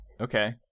Okay